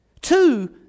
Two